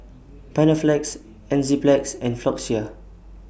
Panaflex Enzyplex and Floxia